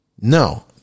No